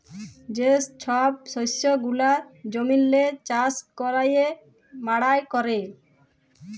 যে ছব শস্য গুলা জমিল্লে চাষ ক্যইরে মাড়াই ক্যরে